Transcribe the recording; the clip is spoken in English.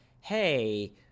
hey